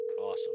Awesome